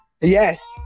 Yes